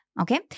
Okay